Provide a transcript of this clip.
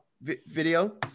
video